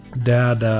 dad ah